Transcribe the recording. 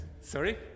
Sorry